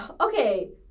Okay